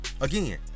again